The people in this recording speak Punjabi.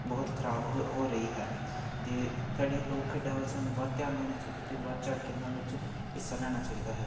ਬਹੁਤ ਖਰਾਬ ਹੋ ਹੋ ਰਹੀ ਹੈ ਅਤੇ ਸਾਡੀਆਂ ਲੋਕ ਖੇਡਾਂ ਵੱਲ ਸਾਨੂੰ ਵੱਧ ਧਿਆਨ ਦੇਣਾ ਚਾਹੀਦਾ ਅਤੇ ਵੱਧ ਚੜ੍ਹ ਕੇ ਇਹਨਾਂ ਵਿੱਚ ਹਿੱਸਾ ਲੈਣਾ ਚਾਹੀਦਾ ਹੈ